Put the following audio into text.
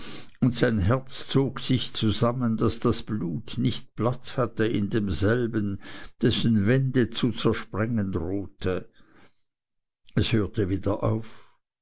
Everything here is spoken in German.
und sein herz zog sich zusammen daß das blut nicht platz hatte in demselben dessen wände zu zersprengen drohte es hörte wieder auf